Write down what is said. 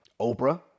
Oprah